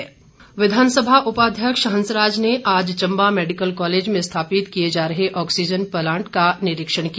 हंसराज विधानसभा उपाध्यक्ष हंसराज ने आज चम्बा मेडिकल कॉलेज में स्थापित किए जा रहे ऑक्सीजन प्लांट का निरीक्षण किया